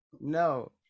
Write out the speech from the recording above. No